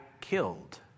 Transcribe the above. killed